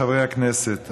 חברי הכנסת,